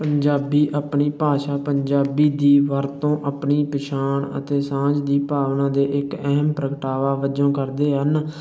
ਪੰਜਾਬੀ ਆਪਣੀ ਭਾਸ਼ਾ ਪੰਜਾਬੀ ਦੀ ਵਰਤੋਂ ਆਪਣੀ ਪਛਾਣ ਅਤੇ ਸਾਂਝ ਦੀ ਭਾਵਨਾ ਦੇ ਇੱਕ ਅਹਿਮ ਪ੍ਰਗਟਾਵੇ ਵਜੋਂ ਕਰਦੇ ਹਨ